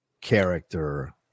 character